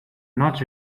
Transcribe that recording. not